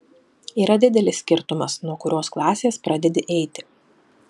yra didelis skirtumas nuo kurios klasės pradedi eiti